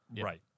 Right